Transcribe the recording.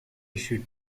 issued